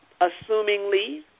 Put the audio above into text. assumingly